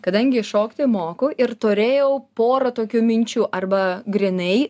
kadangi šokti moku ir turėjau porą tokių minčių arba grynai